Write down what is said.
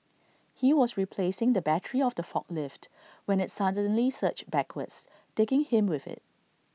he was replacing the battery of the forklift when IT suddenly surged backwards taking him with IT